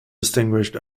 distinguished